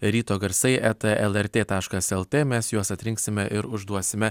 ryto garsai etalrt taškas lt mes juos atrinksime ir užduosime